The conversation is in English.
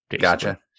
Gotcha